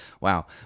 wow